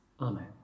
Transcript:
Amen